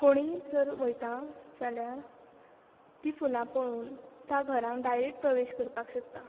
कोणी जर वयता जाल्यार ती फुलां पळोवन त्या घरान डायरेक्ट प्रवेश करपाक शकता